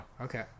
okay